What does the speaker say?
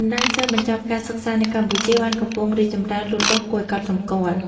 បណ្ដាញសិស្សបញ្ចប់ការសិក្សានៅកម្ពុជាបានកំពុងរីកចម្រើនលូតលាស់គួរឱ្យកត់សម្គាល់។